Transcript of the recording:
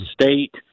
State